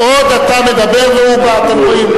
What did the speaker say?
זה עניין של כבוד הכנסת וסדרים תקינים,